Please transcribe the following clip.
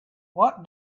what